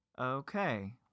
Okay